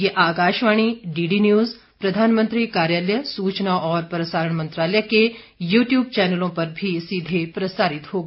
यह आकाशवाणी डीडीन्यूज प्रधानमंत्री कार्यालय सूचना और प्रसारण मंत्रालय के यू ट्यूब चैनलों पर भी सीधे प्रसारित होगा